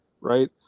right